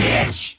Bitch